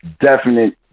definite